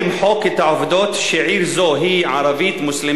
למחוק את העובדות שעיר זו היא ערבית-מוסלמית,